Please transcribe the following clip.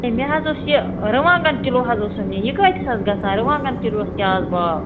ہَے مےٚ حظ اوس یہِ رُوانٛگَن کِلوٗ حظ اوسُم نِنۍ یہِ کۭتِس حظ گژھان رُوانٛگَن کِلوٗ کیٛاہ اَز بھاو